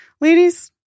ladies